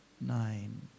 nine